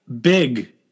Big